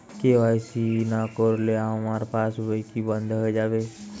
KYC না করলে আমার পাশ বই কি বন্ধ হয়ে যাবে?